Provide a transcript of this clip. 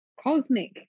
cosmic